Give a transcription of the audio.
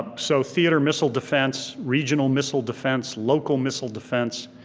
so theater missile defense, regional missile defense, local missile defense,